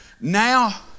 Now